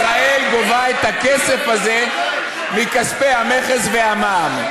וישראל גובה את הכסף הזה מכספי המכס והמע"מ.